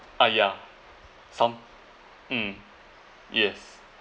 ah yeah some mm yes